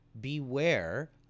beware